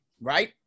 right